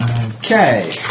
Okay